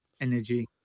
Energy